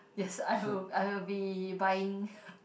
yes I will I will be buying